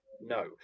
no